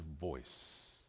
voice